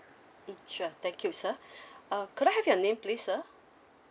mm sure thank you sir uh could I have your name please sir